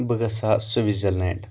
بہٕ گژھہ ہا سوِزرلینڈ